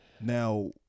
Now